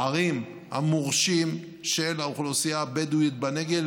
הערים המורשות של האוכלוסייה הבדואית בנגב,